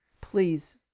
please